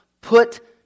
put